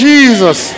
Jesus